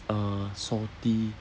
uh salty